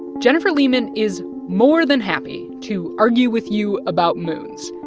jennifer leman is more than happy to argue with you about moons,